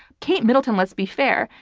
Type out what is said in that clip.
kate middleton, let's be fair,